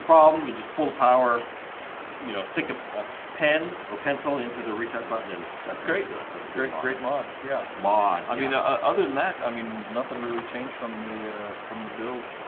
problem and just pull the power you know stick ah a pen or pencil into the reset button and that's great do it. that's a great great mod. yeah, maude i mean ah other than that i mean nothing really changed from the from the build